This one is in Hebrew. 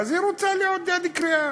אז היא רוצה לעודד קריאה.